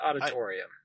auditorium